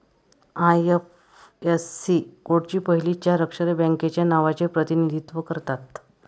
IFSC कोडची पहिली चार अक्षरे बँकेच्या नावाचे प्रतिनिधित्व करतात